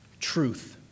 Truth